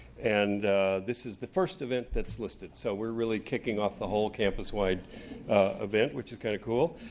and this is the first event that's listed. so we're really kicking off the whole campuswide event, which is kinda cool.